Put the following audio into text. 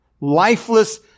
lifeless